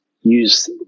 use